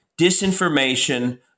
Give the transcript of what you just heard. disinformation